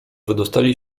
wydostali